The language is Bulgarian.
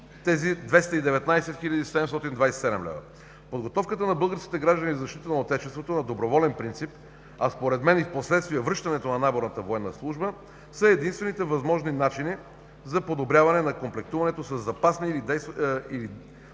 тези 219 727 лв. Подготовката на българските граждани за защита на Отечеството на доброволен принцип, а според мен впоследствие и връщането на наборната военна служба са единствените възможни начини за подобряване на комплектуването със запасни при действащата